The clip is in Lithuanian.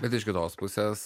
bet iš kitos pusės